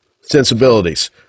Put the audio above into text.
sensibilities